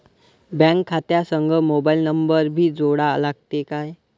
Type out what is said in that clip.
Bank खात्या संग mobile number भी जोडा लागते काय?